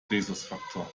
rhesusfaktor